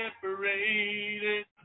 separated